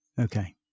Okay